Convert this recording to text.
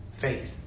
faith